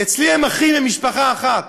אצלי הם אחים ממשפחה אחת.